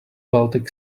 baltic